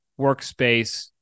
workspace